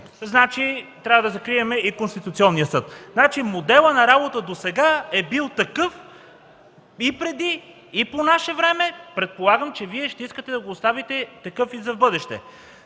значи трябва да закрием и Конституционния съд. Моделът на работа досега е бил такъв, и преди, и по наше време, предполагам, че Вие ще искате да го оставите такъв и в бъдеще.